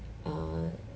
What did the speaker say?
err